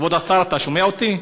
כבוד השר, אתה שומע אותי?